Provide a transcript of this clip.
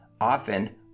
Often